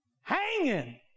hanging